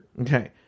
Okay